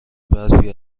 برفی